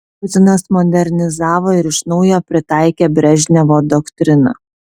putinas modernizavo ir iš naujo pritaikė brežnevo doktriną